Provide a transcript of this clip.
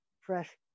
fresh